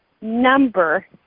number